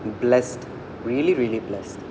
blessed really really blessed